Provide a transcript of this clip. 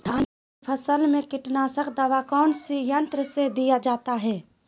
धान की फसल में कीटनाशक दवा कौन सी यंत्र से दिया जाता है?